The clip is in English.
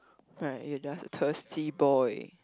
right you're just a thirsty boy